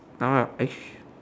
uh Ash